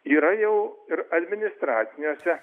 yra jau ir administraciniuose